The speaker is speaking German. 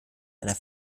einer